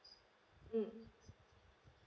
mm